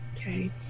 okay